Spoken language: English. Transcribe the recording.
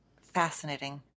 Fascinating